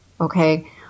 Okay